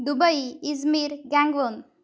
Dubai Izmir Gangwon